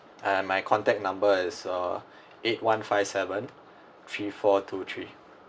and my contact number is uh eight one five seven three four two three